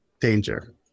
danger